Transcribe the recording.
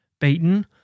beaten